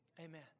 Amen